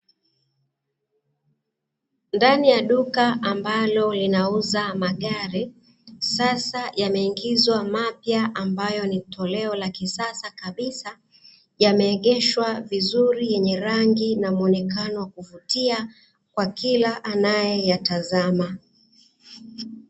Ndani ya duka ambalo linauza magari sasa yameingiazwa mapya ambayo ni toleo la kisasa kabisa, yameegeshwa vizuri yenye rangi na muonekano wakuvutia kwa kila anaye yatazama.